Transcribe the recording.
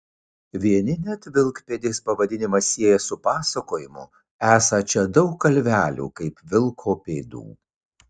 vieni net vilkpėdės pavadinimą sieja su pasakojimu esą čia daug kalvelių kaip vilko pėdų